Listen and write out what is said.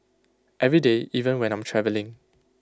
every day even when I'm travelling